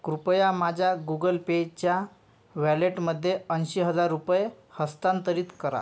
कृपया माझ्या गुगल पेच्या व्हॅलेटमध्ये ऐंशी हजार रुपये हस्तांतरित करा